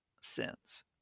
sins